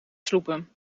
sloepen